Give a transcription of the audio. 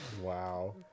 Wow